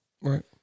right